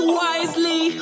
wisely